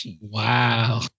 Wow